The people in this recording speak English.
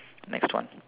next one